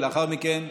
ולאחר מכן,